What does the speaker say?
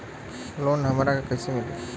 Loan हमरा के कईसे मिली?